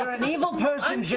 an evil person